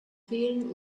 fehlen